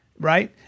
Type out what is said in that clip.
right